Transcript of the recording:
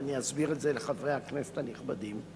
ואני אסביר את זה לחברי הכנסת הנכבדים.